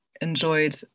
enjoyed